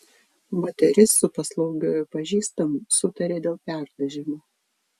moteris su paslaugiuoju pažįstamu sutarė dėl perdažymo